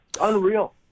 Unreal